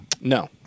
No